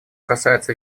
касается